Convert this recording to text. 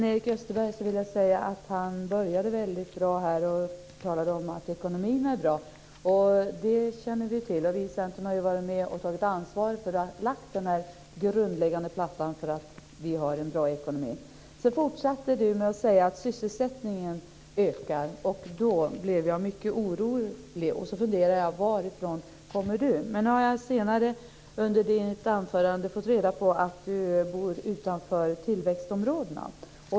Fru talman! Sven-Erik Österberg började väldigt bra. Han talade om att ekonomin är bra, och det känner vi till. Vi i Centern har ju varit med och tagit ansvar och lagt grunden för att vi har en bra ekonomi. Sedan fortsatte Sven-Erik Österberg med att säga att sysselsättningen ökar, och då blev jag mycket orolig. Jag funderade: Varifrån kommer detta? Men senare i anförandet fick jag veta att Sven-Erik Österberg bor utanför tillväxtområdena.